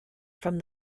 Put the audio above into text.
from